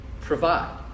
Provide